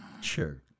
Sure